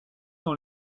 dans